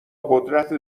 قدرت